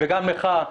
וגם לך,